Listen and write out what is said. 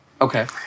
Okay